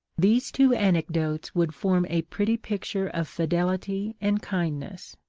these two anecdotes would form a pretty picture of fidelity and kindness,